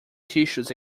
tissues